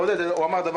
עודד, הוא לידך.